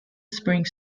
springs